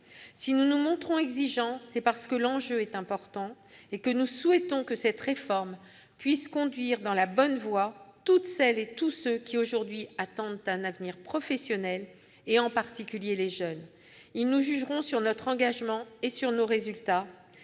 Si nous nous montrons exigeants, c'est parce que l'enjeu est important et parce que nous souhaitons que cette réforme puisse conduire dans la bonne voie toutes celles et tous ceux qui, aujourd'hui, attendent un avenir professionnel, en particulier les jeunes. Ils nous jugeront sur notre engagement et sur nos résultats.